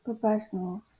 professionals